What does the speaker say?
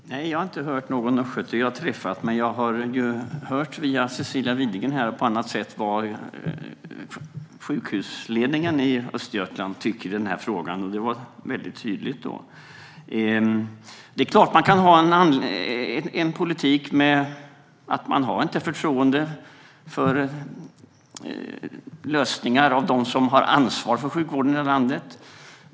Herr talman! Nej, jag har inte hört det från någon östgöte jag har träffat. Men jag har hört via Cecilia Widegren här och på annat sätt vad sjukhusledningen i Östergötland tycker i frågan. Det var tydligt. Vi kan såklart ha en politik som innebär att det inte finns något förtroende för lösningar från dem som har ansvar för sjukvården i landet.